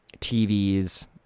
TVs